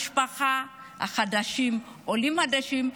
משפחתה הם עולים חדשים,